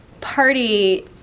party